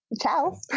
ciao